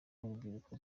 n’urubyiruko